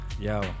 Yo